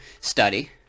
study